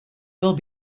will